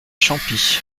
champis